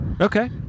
Okay